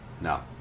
No